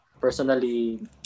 personally